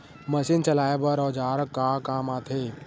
Machine चलाए बर औजार का काम आथे?